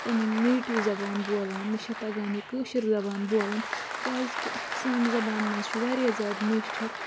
پَنٕنۍ نیٹِو زَبان بولان مےٚ چھٚے تَگان یہِ کٲشِر زبان بولٕنۍ کیٛازکہِ اَتھ سانہِ زَبانہِ منٛز چھُ واریاہ زیادٕ میچھَر